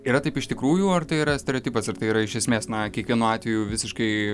yra taip iš tikrųjų ar tai yra stereotipas ar tai yra iš esmės na kiekvienu atveju visiškai